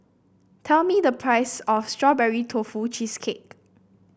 tell me the price of Strawberry Tofu Cheesecake